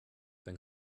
than